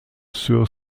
sur